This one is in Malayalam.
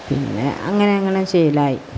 പിന്നെ അങ്ങനെ അങ്ങനെ ശീലമായി